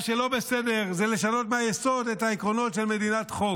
מה שלא בסדר זה לשנות מהיסוד את העקרונות של מדינת חוק.